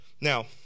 Now